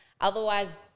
Otherwise –